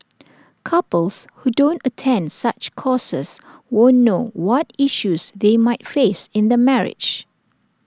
couples who don't attend such courses won't know what issues they might face in their marriage